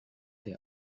they